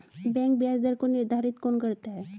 Bank ब्याज दर को निर्धारित कौन करता है?